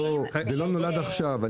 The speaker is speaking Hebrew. זה לא נולד עכשיו,